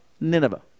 Nineveh